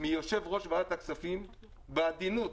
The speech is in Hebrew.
מיושב-ראש ועדת הכספים בעדינות,